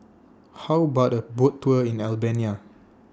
How about A Boat Tour in Albania